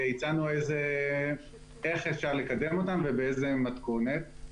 הצענו איך אפשר לקדם אותן ובאיזו מתכונת.